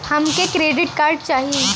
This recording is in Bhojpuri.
हमके क्रेडिट कार्ड चाही